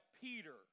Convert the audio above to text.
Peter